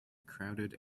crowded